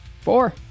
four